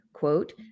Quote